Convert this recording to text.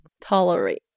tolerate